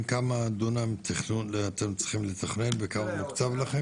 כמה דונם תכנון אתם צריכים לתכנן וכמה מוקצב לכם?